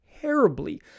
terribly